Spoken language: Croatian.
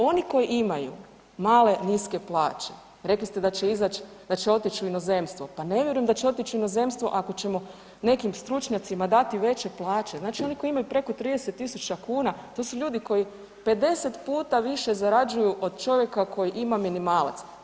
Oni koji imaju male niske plaće, rekli ste da će otić u inozemstvo, pa ne vjerujem da će otić u inozemstvo ako ćemo nekim stručnjacima dati veće plaće, znači oni koji imaju preko 30.000 kuna to su ljudi koji 50 puta više zarađuju od čovjeka koji ima minimalac.